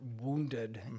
wounded